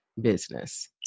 business